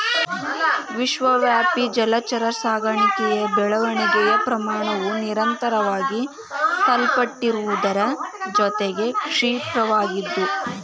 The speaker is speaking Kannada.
ವಿಶ್ವವ್ಯಾಪಿ ಜಲಚರ ಸಾಕಣೆಯ ಬೆಳವಣಿಗೆಯ ಪ್ರಮಾಣವು ನಿರಂತರವಾಗಿ ಸಲ್ಪಟ್ಟಿರುವುದರ ಜೊತೆಗೆ ಕ್ಷಿಪ್ರವಾಗಿದ್ದು